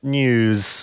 news